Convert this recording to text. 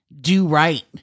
do-right